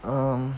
um